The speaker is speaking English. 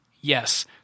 yes